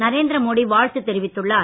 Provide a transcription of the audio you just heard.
நரேந்திரமோடி வாழ்த்து தெரிவித்துள்ளார்